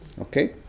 okay